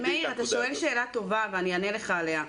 אתה שואל שאלה טובה ואני אענה לך עליה.